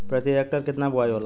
प्रति हेक्टेयर केतना बुआई होला?